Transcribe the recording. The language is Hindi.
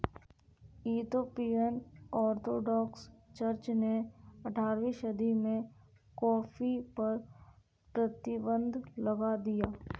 इथोपियन ऑर्थोडॉक्स चर्च ने अठारहवीं सदी में कॉफ़ी पर प्रतिबन्ध लगा दिया